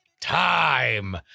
time